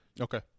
Okay